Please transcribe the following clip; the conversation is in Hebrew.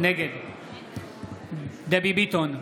נגד דבי ביטון,